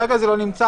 כרגע זה לא נמצא.